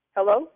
Hello